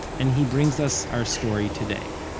and he brings us our story today,